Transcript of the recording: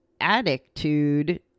attitude